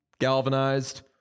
galvanized